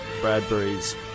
Bradbury's